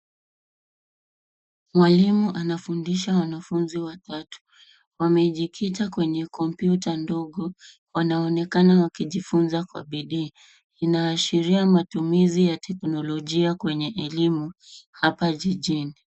Mwalimu anafundisha wanafunzi watatu. Wamejikita kwenye kompyuta ndogo, wanaonekana wakijifunza kwa bidii. Inaashiria matumizi ya teknolojia kwenye elimu, hapa jijini.